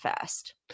first